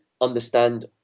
understand